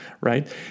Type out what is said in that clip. right